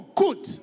good